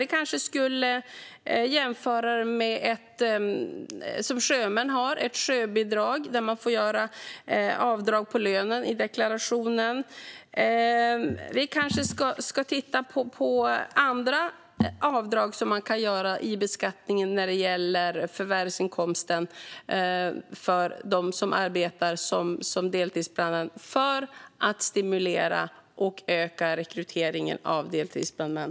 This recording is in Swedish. Vi kanske skulle jämföra det med hur sjömän har det med ett sjöbidrag där man får göra avdrag på lönen i deklarationen. Vi kanske ska titta på andra avdrag som man kan göra i beskattningen av förvärvsinkomsten för dem som arbetar som deltidsbrandmän för att stimulera och öka rekryteringen av deltidsbrandmän.